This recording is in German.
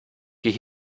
geh